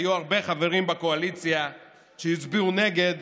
היו הרבה חברים בקואליציה שהצביעו נגד